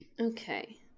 Okay